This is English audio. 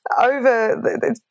over